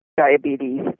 diabetes